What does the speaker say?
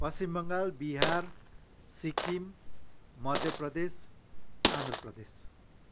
Paschim Bangal Bihar Sikkim Madhya Pradesh Andhra Pradesh